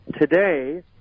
today